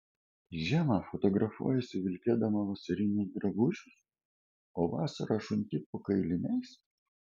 žiemą fotografuojiesi vilkėdama vasarinius drabužius o vasarą šunti po kailiniais